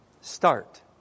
start